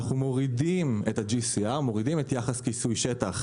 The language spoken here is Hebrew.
אנחנו מורידים את ה-GCR מורידים את יחס כיסוי השטח